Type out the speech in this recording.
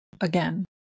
again